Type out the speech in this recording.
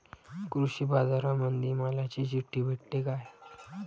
कृषीबाजारामंदी मालाची चिट्ठी भेटते काय?